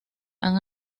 han